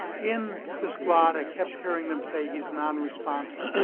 in the squad, i kept hearing them say he's non-responsive.